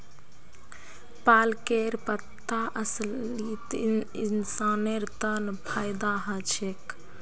पालकेर पत्ता असलित इंसानेर तन फायदा ह छेक